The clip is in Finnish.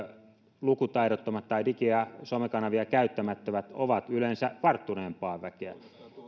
digilukutaidottomat tai digi ja somekanavia käyttämättömät ovat yleensä varttuneempaa väkeä